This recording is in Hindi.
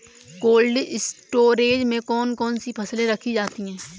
कोल्ड स्टोरेज में कौन कौन सी फसलें रखी जाती हैं?